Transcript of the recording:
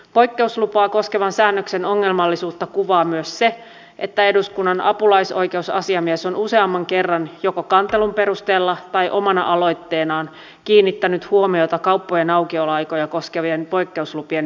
poikkeuslupaa koskevan säännöksen ongelmallisuutta kuvaa myös se että eduskunnan apulaisoikeusasiamies on useamman kerran joko kantelun perusteella tai omana aloitteenaan kiinnittänyt huomiota kauppojen aukioloaikoja koskevien poik keuslupien myöntämiseen